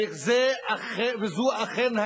וזו אכן,